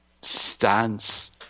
stance